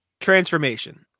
transformation